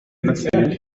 yibasiye